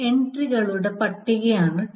എൻട്രികളുടെ പട്ടികയാണ് TL